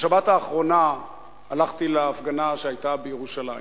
בשבת האחרונה הלכתי להפגנה שהיתה בירושלים.